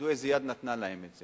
שידעו איזה יד נתנה להם את זה